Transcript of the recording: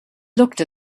looked